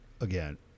again